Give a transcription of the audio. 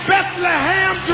Bethlehem